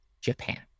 Japan